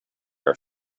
her